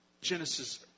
Genesis